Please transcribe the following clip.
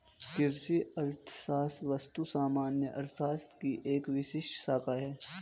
कृषि अर्थशास्त्र वस्तुतः सामान्य अर्थशास्त्र की एक विशिष्ट शाखा है